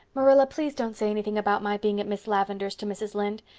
marilla, please don't say anything about my being at miss lavendar's to mrs. lynde.